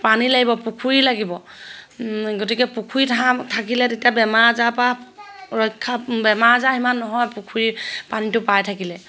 পানী লাগিব পুখুৰী লাগিব গতিকে পুখুৰী হাঁহ থাকিলে তেতিয়া বেমাৰ আজাৰৰ পৰা ৰক্ষা বেমাৰ আজাৰ সিমান নহয় পুখুৰীৰ পানীটো পাই থাকিলে